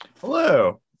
Hello